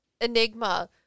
enigma